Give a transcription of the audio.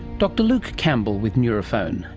dr luke campbell with nuraphone.